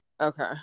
Okay